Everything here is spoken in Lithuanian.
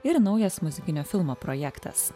ir naujas muzikinio filmo projektas